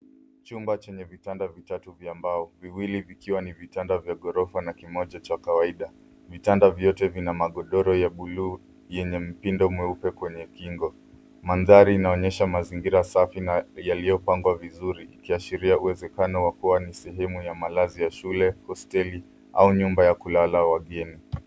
Chumba chenye vitatu vya mbao. Viwili vikiwa ni vitanda vya ghorofa na kimoja cha kawaida. Vitanda vyote vina magodoro ya buluu yenye mpindo mweupe kwenye kingo. Mandhari inaonyesha mazingira safi yaliyopambwa vizuri ikiashiria uwezekano wa kuwa ni sehemu ya malazi ya shule , hosteli au nyumba ya kulala wageni.